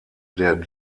der